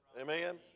Amen